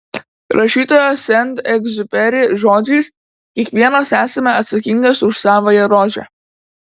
rašytojo sent egziuperi žodžiais kiekvienas esame atsakingas už savąją rožę